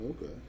okay